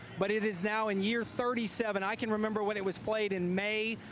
but it is now in year thirty seven. i can remember when it was played in may,